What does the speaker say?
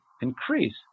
increase